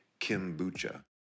Kimbucha